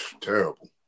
Terrible